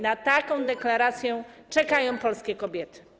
Na taką deklarację czekają polskie kobiety.